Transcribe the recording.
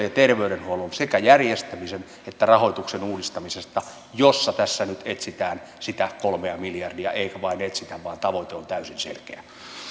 ja terveydenhuollon sekä järjestämisen että rahoituksen uudistamisesta jossa tässä nyt etsitään sitä kolmea miljardia eikä vain etsitä vaan tavoite on täysin selkeä